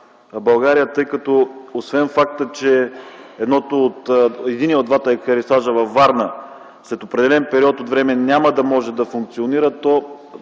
България. Освен факта, че единият от двата екарисажа, във Варна, след определен период от време няма да може да функционира,